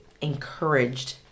encouraged